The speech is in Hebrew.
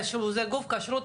" חוק איסור הונאה בכשרות